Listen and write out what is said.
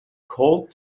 called